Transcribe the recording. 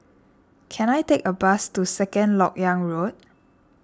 can I take a bus to Second Lok Yang Road